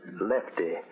Lefty